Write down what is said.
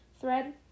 thread